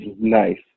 nice